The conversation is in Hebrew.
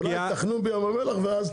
תחנו בים המלח ואז תיסעו.